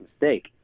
mistake